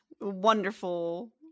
wonderful